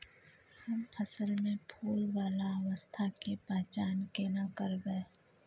हम फसल में फुल वाला अवस्था के पहचान केना करबै?